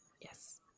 yes